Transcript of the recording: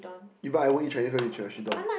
even I wouldn't eat Chinese rice with Chirashi don